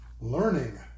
Learning